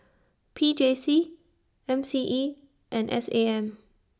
P J C M C E and S A M